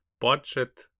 budget